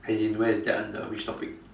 as in where is that under which topic